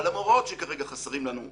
אבל למרות שכרגע חסרים לנו דיינים,